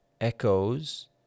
echoes